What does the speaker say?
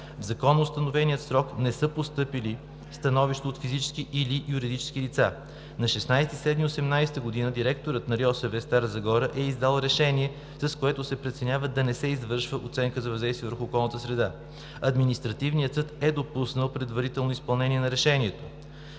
В законоустановения срок не са постъпили становища от физически или юридически лица. На 16 юли 2018 г. директорът на РИОСВ – Стара Загора, е издал решение, с което се преценява да не се извършва оценка за въздействие върху околната среда. Административният съд е допуснал предварително изпълнение на решението.